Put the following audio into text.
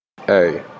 Hey